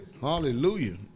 Hallelujah